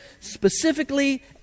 specifically